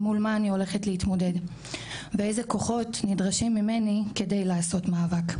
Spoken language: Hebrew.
מול מה אני הולכת להתמודד ואיזה כוחות נדרשים ממני כדי לעשות מאבק.